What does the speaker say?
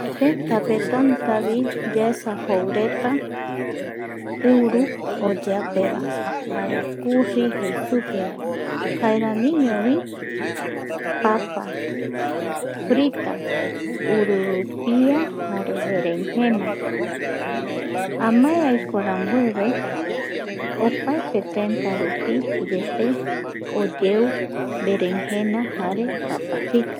Kua tentape tantavi yaesa joureta uru oyeapevae jare curri jei supevae jaeramiñovi papa. frita ururupia jare jare verengena ame aiko rambueve opaete tenta rupi yepe oyeu berengena jare papfrita